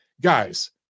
Guys